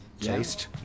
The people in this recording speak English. taste